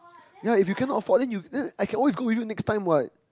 ya if you cannot afford then you then I can always go with you next time what